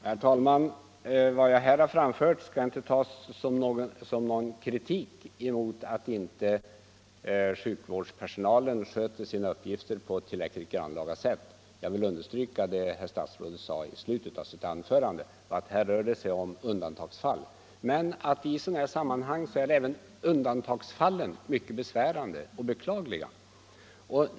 Herr talman! Vad jag här har anfört skall inte tas som någon anklagelse mot sjukvårdspersonalen för att den inte skulle sköta sina uppgifter grannlaga. Jag vill understryka vad statsrådet sade att det här rör sig om undantagsfall. Men i sådana här sammanhang är även undantagsfallen beklagliga.